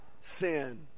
sin